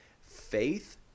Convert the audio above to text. Faith